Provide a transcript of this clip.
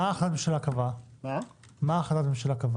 מה קבעה החלטת הממשלה?